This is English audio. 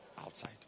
outside